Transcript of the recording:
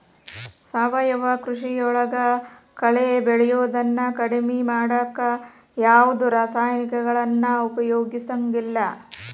ಸಾವಯವ ಕೃಷಿಯೊಳಗ ಕಳೆ ಬೆಳಿಯೋದನ್ನ ಕಡಿಮಿ ಮಾಡಾಕ ಯಾವದ್ ರಾಸಾಯನಿಕಗಳನ್ನ ಉಪಯೋಗಸಂಗಿಲ್ಲ